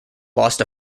lost